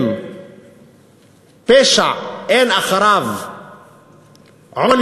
אם פשע אין אחריו עונש,